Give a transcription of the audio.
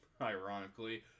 ironically